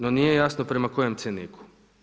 No nije jasno prema kojem cjeniku.